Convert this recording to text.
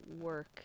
work